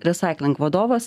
resaiklik vadovas